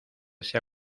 sea